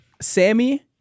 Sammy